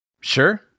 Sure